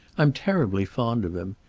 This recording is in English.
i'm terribly fond of him.